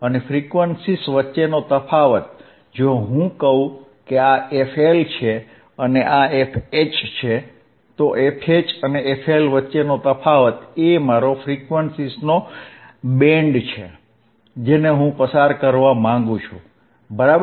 અને ફ્રીક્વન્સીઝ વચ્ચેનો તફાવત જો હું કહું કે આ fL છે અને આ fH છે તો fH અને fL વચ્ચેનો તફાવત એ મારો ફ્રીક્વન્સીઝનો બેન્ડ છે જેને હું પસાર કરવા માંગુ છું બરાબર છે